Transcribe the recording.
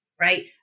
right